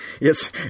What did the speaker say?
Yes